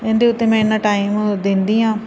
ਇਹਦੇ ਉੱਤੇ ਮੈਂ ਇੰਨਾ ਟਾਈਮ ਦਿੰਦੀ ਹਾਂ